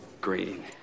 Green